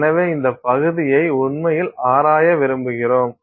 எனவே இந்த பகுதியை உண்மையில் ஆராய விரும்புகிறோம்